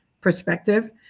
perspective